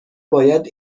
باید